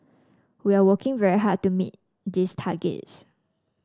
we are working very hard to meet these targets